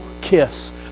kiss